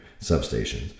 substations